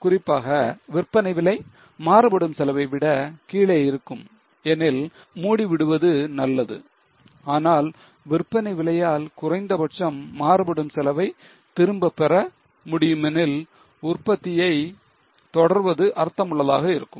குறிப்பாக விற்பனை விலை மாறுபடும் செலவை விட கீழே இருக்கும் எனில் மூடி விடுவது நல்லது ஆனால் விற்பனை விலையால் குறைந்தபட்சம் மாறுபடும் செலவை திரும்பப்பெற முடியுமெனில் உற்பத்தியை தொடர்வது அர்த்தமுள்ளதாக இருக்கும்